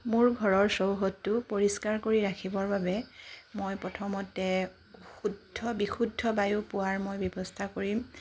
মোৰ ঘৰৰ চৌহদটো পৰিষ্কাৰ কৰি ৰাখিবৰ বাবে মই প্ৰথমতে শুদ্ধ বিশুদ্ধ বায়ু পোৱাৰ মই ব্যৱস্থা কৰিম